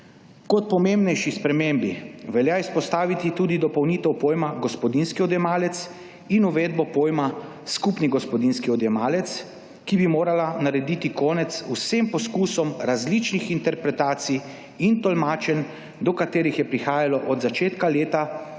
Kot pomembnejši spremembi velja izpostaviti tudi dopolnitev pojma gospodinjski odjemalec in uvedbo pojma skupni gospodinjski odjemalec, ki bi morala narediti konec vsem poskusom različnih interpretacij in tolmačenj, do katerih je prihajalo od začetka leta,